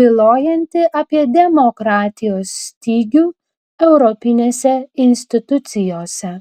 bylojanti apie demokratijos stygių europinėse institucijose